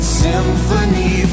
symphony